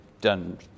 done